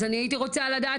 אז אני הייתי רוצה לדעת,